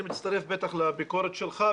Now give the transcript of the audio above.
אני מצטרף לביקורת שלך,